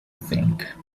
think